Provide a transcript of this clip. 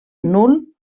nul